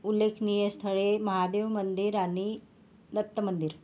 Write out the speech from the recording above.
उल्लेखनीय स्थळे महादेव मंदिर आणि दत्त मंदिर